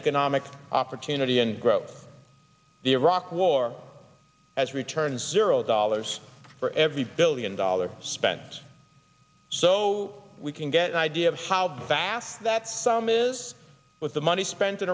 economic opportunity and growth the iraq war has returns zero dollars for every billion dollar spent so we can get an idea of how fast that sum is with the money spent in